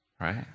right